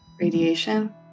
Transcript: radiation